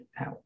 out